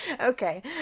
Okay